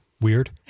weird